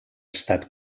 estat